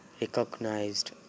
recognized